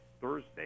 Thursday